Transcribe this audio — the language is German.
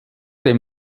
dem